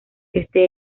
este